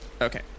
Okay